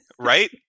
Right